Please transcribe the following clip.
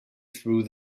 through